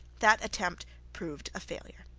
that attempt proved a failure.